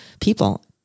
people